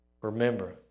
Remember